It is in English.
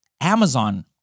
Amazon